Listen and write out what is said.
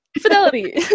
fidelity